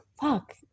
fuck